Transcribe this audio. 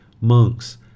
Monks